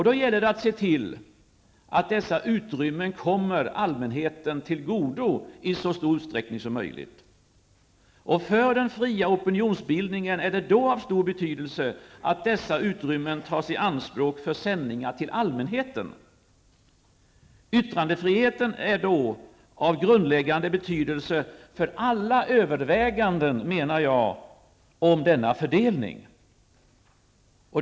Då gäller det att se till att dessa utrymmen kommer allmänheten till godo i så stor utsträckning som möjligt. Det är av stor betydelse för den fria opionionsbildningen att dessa utrymmen tas i anspråk för sändningar till allmänheten. Yttrandefriheten är då av grundläggande betydelse för alla överväganden om denna fördelning.